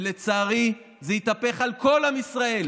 ולצערי זה יתהפך על כל עם ישראל.